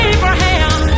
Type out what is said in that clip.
Abraham